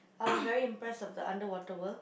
I was very impressed of the Underwater-World